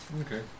Okay